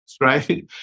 right